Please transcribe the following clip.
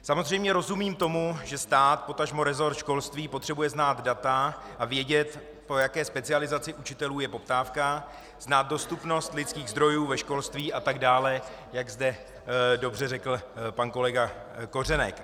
Samozřejmě rozumím tomu, že stát, potažmo resort školství potřebuje znát data a vědět, po jaké specializaci učitelů je poptávka, znát dostupnost lidských zdrojů ve školství atd., jak zde dobře řekl pan kolega Kořenek.